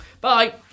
Bye